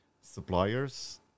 suppliers